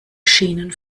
schienen